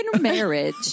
marriage